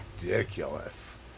ridiculous